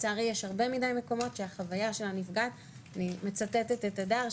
לצערי יש הרבה מדי מקומות שהחוויה של הנפגעת ואני מצטטת את הדר,